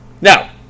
Now